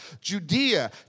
Judea